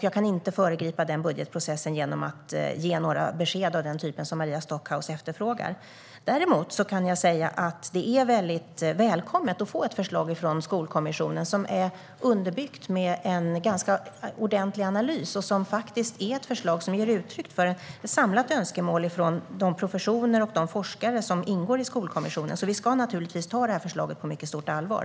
Jag kan inte föregripa den budgetprocessen genom att ge några besked av den typ som Maria Stockhaus efterfrågar. Däremot kan jag säga att det är väldigt välkommet att få ett förslag från Skolkommissionen som är underbyggt med en ganska ordentlig analys och ger uttryck för ett samlat önskemål från de professioner och forskare som ingår i Skolkommissionen. Vi ska naturligtvis ta kommissionens förslag på stort allvar.